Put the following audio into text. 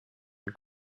and